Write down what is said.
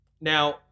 Now